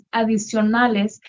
adicionales